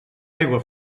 aigua